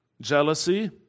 jealousy